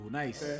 nice